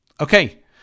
Okay